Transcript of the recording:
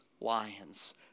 lions